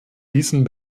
diesen